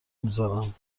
میزارم